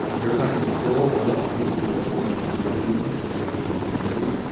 there's actually still oil on the sea floor from the exxon valdez spill, even though that was the nineteen eighty s.